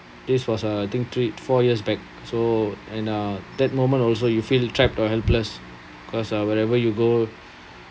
this was I think thr~ four years back so and uh that moment also you feel trapped or helpless because uh wherever you go